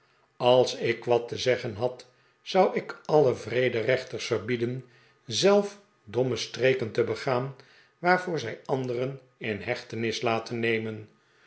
als ik wat te zeggen had zou ik alien vrederechters verbieden zelf domme streken te begaan waarvoor zij anderen in hechtenis laten nemen